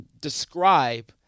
describe